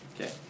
Okay